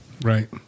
Right